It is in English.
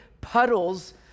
puddles